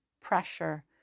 pressure